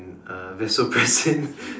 uh vasopressin